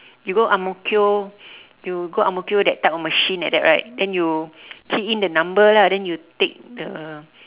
you go ang-mo-kio you go ang-mo-kio that type of machine like that right then you key in the number lah then you take the